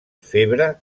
febre